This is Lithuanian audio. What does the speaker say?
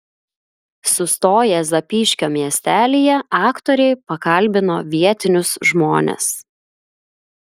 sustoję zapyškio miestelyje aktoriai pakalbino vietinius žmones